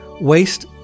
Waste